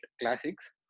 classics